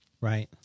Right